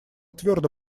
твердо